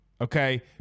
okay